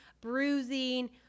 bruising